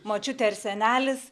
močiutė ar senelis